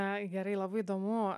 na gerai labai įdomu